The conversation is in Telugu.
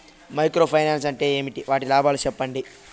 మైక్రో ఫైనాన్స్ అంటే ఏమి? వాటి లాభాలు సెప్పండి?